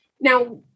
Now